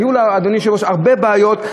אדוני היושב-ראש, היו בה הרבה בעיות.